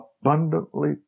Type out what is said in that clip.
abundantly